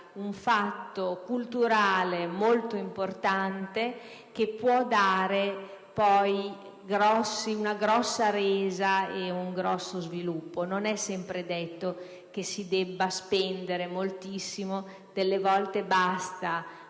un fatto culturale molto importante, che può avere una grande resa ed un grande sviluppo. Non è sempre detto che si debba spendere moltissimo: alcune volte basta